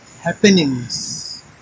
happenings